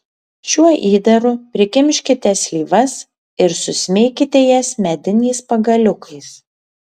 šiuo įdaru prikimškite slyvas ir susmeikite jas mediniais pagaliukais